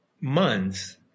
months